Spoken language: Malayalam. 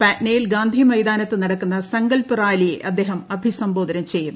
പാറ്റ്നയിൽ ഗാന്ധി മൈതാനത്ത് നടക്കുന്ന സങ്കൽപ്പ് റാലിയെ അദ്ദേഹം അഭിസംബോധന ചെയ്യും